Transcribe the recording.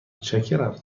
متشکرم